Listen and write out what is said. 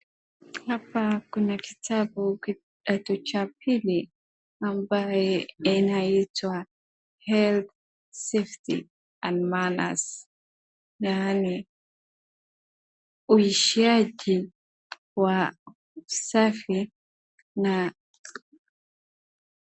Hapa kuna kitabu cha kidato cha pili ambacho kinaitwa Health, Safety and Manners yaani uishaji wa usafi...